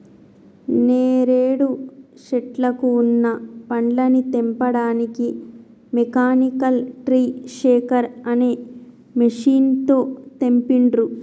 నేరేడు శెట్లకు వున్న పండ్లని తెంపడానికి మెకానికల్ ట్రీ షేకర్ అనే మెషిన్ తో తెంపిండ్రు